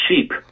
cheap